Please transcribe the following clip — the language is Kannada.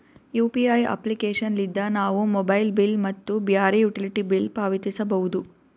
ಯು.ಪಿ.ಐ ಅಪ್ಲಿಕೇಶನ್ ಲಿದ್ದ ನಾವು ಮೊಬೈಲ್ ಬಿಲ್ ಮತ್ತು ಬ್ಯಾರೆ ಯುಟಿಲಿಟಿ ಬಿಲ್ ಪಾವತಿಸಬೋದು